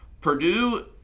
Purdue